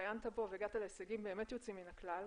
הצטיינת בו והגעת להישגים באמת יוצאים מן הכלל.